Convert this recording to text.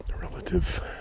relative